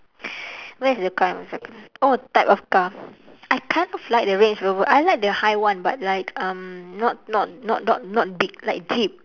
where's the kind oh type of car I kind of like the range rover I like the high one but like um not not not not not big like jeep